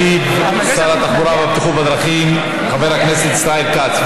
ישיב שר התחבורה והבטיחות בדרכים חבר הכנסת ישראל כץ.